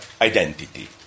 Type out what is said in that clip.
identity